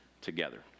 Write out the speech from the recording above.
together